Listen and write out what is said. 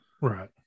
right